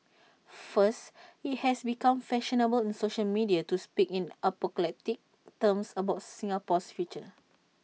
first IT has become fashionable in social media to speak in apocalyptic terms about Singapore's future